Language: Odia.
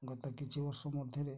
ଗତ କିଛି ବର୍ଷ ମଧ୍ୟରେ